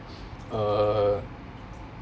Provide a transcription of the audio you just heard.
uh